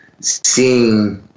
seeing